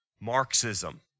Marxism